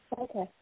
Okay